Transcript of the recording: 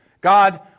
God